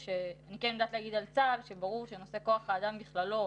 אני כן יודעת להגיד על צה"ל שברור שנושא כוח האדם בכללו,